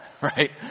right